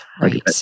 Right